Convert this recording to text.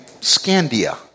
Scandia